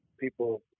people